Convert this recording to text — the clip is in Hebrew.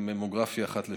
עם ממוגרפיה אחת לשנה.